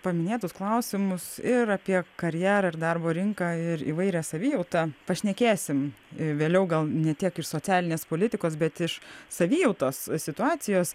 paminėtus klausimus ir apie karjerą ir darbo rinką ir įvairią savijautą pašnekėsim vėliau gal ne tiek iš socialinės politikos bet iš savijautos situacijos